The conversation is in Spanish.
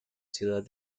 ciudad